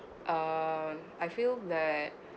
uh I feel that